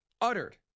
uttered